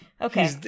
Okay